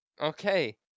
okay